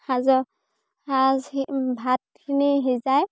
সাজৰ সাজ ভাতখিনি সিজাই